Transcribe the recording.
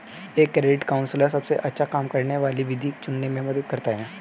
एक credit counsellor सबसे अच्छा काम करने वाली विधि चुनने में मदद करता है